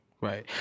right